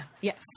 Yes